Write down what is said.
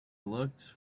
looked